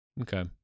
Okay